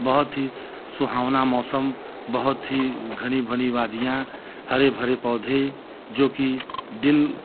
बहुत ही सुहावना मौसम बहुत ही घनी घनी वादियाँ हरे भरे पौधे जोकि दिल